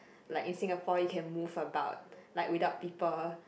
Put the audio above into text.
like in Singapore it can move about like without people